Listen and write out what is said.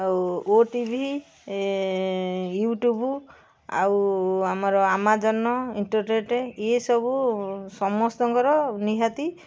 ଆଉ OTV YouTube ଆଉ ଆମର ଆମାଜନ୍ ଇଣ୍ଟରନେଟ୍ ଇଏ ସବୁ ସମସ୍ତଙ୍କର ନିହାତି